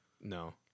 No